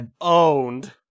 owned